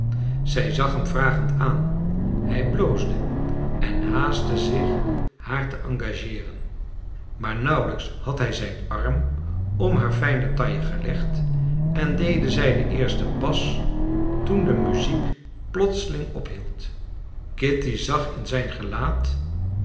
zij zag hem vragend aan hij bloosde en haaste zich haar te engageeren maar nauwelijks had hij zijn arm om haar fijne taille gelegd en deden zij den eersten pas toen de muziek plotseling ophield kitty zag in zijn gelaat